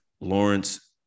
Lawrence